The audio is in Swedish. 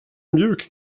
mjuk